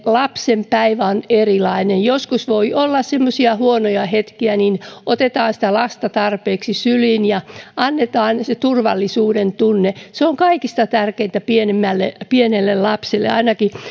lapsen jokainen päivä on erilainen joskus voi olla semmoisia huonoja hetkiä jolloin otetaan sitä lasta tarpeeksi syliin ja annetaan se turvallisuuden tunne se on kaikista tärkeintä pienelle lapselle ainakin